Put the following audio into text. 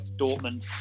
Dortmund